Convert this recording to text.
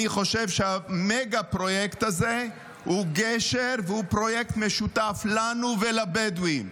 אני חושב שהמגה-פרויקט הזה הוא גשר והוא פרויקט משותף לנו ולבדואים.